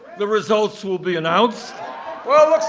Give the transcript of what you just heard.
the results will be announced well,